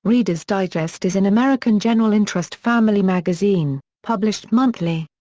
reader's digest is an american general-interest family magazine, published monthly.